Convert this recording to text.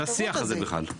על השיח הזה בכלל.